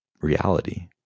reality